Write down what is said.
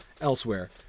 elsewhere